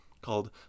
called